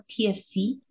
TFC